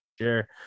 sure